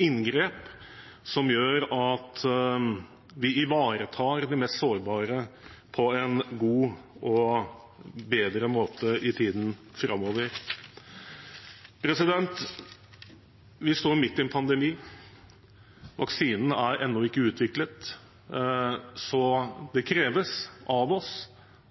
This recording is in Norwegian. inngrep, som gjør at vi ivaretar de mest sårbare på en god og bedre måte i tiden framover. Vi står midt i en pandemi, vaksinen er ennå ikke utviklet, så det kreves av oss